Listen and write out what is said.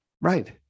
Right